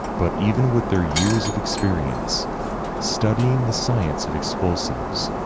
but even with their years of experience studying the science of explosives,